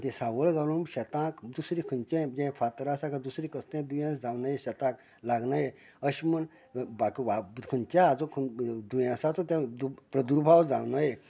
ती सावळ घालूंक शेतांक दुसरी खंयचेय जे फातर आसा जाल्यार दुसरें खंयचेय दुयेंस जावं नये शेतांक लागनाये अशें म्हण खंयचेय हातूंत दुबाव जावं नये